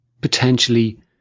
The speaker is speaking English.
potentially